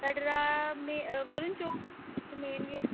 कटराऽ में बैलन चौंक मेंन गै